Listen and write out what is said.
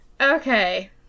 Okay